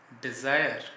desire